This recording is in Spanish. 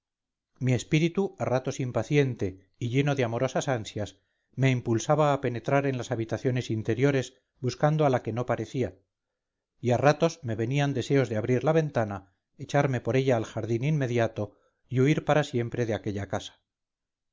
mi espíritu a ratos impaciente y lleno de amorosas ansias me impulsaba a penetrar en las habitaciones interiores buscando a la que no parecía y a ratos me venían deseos de abrir la ventana echarme por ella al jardín inmediato y huir para siempre de aquella casa